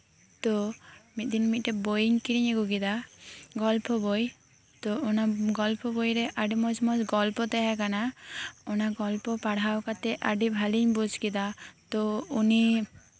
ᱛᱚ ᱢᱤᱫ ᱫᱤᱱ ᱢᱤᱫᱴᱮᱱ ᱵᱳᱭᱤᱧ ᱠᱤᱨᱤᱧ ᱟᱹᱜᱩ ᱠᱮᱫᱟ ᱜᱚᱞᱯᱚ ᱵᱳᱭ ᱛᱚ ᱜᱚᱞᱯᱚ ᱵᱳᱭ ᱨᱮ ᱟᱹᱰᱤ ᱢᱚᱸᱡᱽᱼᱢᱚᱸᱡᱽ ᱜᱚᱞᱯᱚ ᱛᱟᱦᱮᱸ ᱠᱟᱱᱟ ᱚᱱᱟ ᱜᱚᱞᱯᱚ ᱯᱟᱲᱦᱟᱣ ᱠᱟᱛᱮᱫ ᱟᱹᱰᱤ ᱵᱷᱟᱹᱞᱤᱧ ᱵᱩᱡ ᱠᱮᱫᱟ ᱛᱚ ᱩᱱᱤ